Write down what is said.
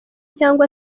cyangwa